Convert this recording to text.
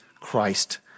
Christ